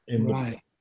Right